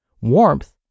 warmth